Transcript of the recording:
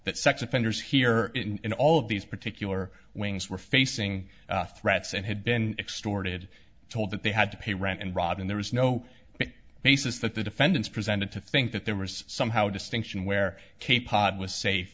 that sex offenders here in all of these particular wings were facing threats and had been extorted told that they had to pay rent and rob and there was no basis that the defendants presented to think that there was somehow distinction where k pot was safe